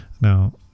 Now